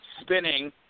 spinning